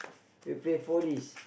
we play four D